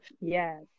Yes